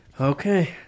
Okay